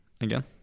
again